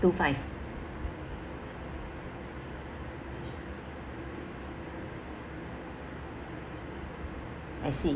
two five I see